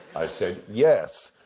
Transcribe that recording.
i said, yes,